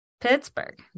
Pittsburgh